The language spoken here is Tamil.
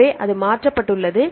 எனவே அது மாற்றப்பட்டுள்ளது